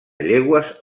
llegües